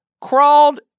crawled